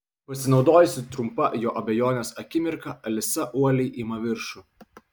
pasinaudojusi trumpa jo abejonės akimirka alisa uoliai ima viršų